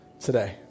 today